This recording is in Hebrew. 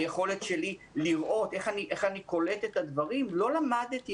היכולת שלי לראות איך אני קולט את הדברים לא למדו את